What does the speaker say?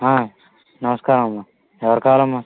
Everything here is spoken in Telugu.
నమస్కారం అమ్మా ఎవరు కావాలమ్మా